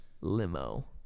limo